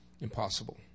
Impossible